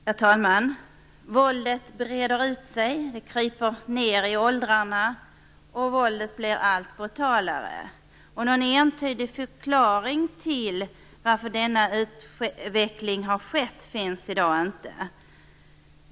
Herr talman! Våldet breder ut sig. Det kryper ned i åldrarna och blir allt brutalare. Någon entydig förklaring till denna utveckling finns i dag inte.